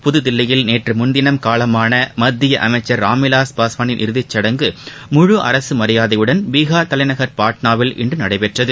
புத்தில்லியில் நேற்றுமுன்தினம் காலமான மத்திய அமைச்சர் ராம்விலாஸ் பாஸ்வானின் இறுதிச்சடங்கு முழு அரசு மரியாதையுடன் பீஹார் தலைநகர் பாட்னாவில் இன்று நடைபெற்றது